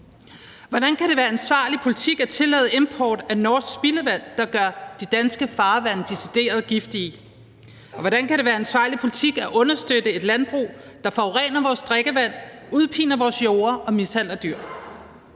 Hvordan kan det være ansvarlig politik at tillade import af norsk spildevand, der gør de danske farvande decideret giftige? Og hvordan kan det være ansvarlig politik at understøtte et landbrug, der forurener vores drikkevand, udpiner vores jorde og mishandler dyr?